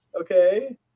Okay